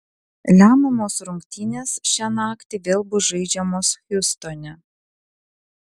lemiamos rungtynės šią naktį vėl bus žaidžiamos hjustone